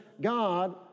God